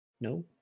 No